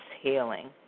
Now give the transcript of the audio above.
healing